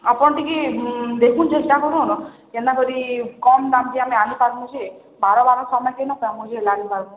ଆପଣ ଟିକେ ଦେଖୁନ ଚେଷ୍ଟା କରିକି କେନ୍ତା କରି କମ୍ ଦାମ ଯେ ଆମେ ଆଣିପାରମୁ ଯେ ବାର ବାର ସମୟ ନମୁ ଯେ ଆଣିପାରମୁ